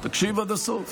תקשיב עד הסוף.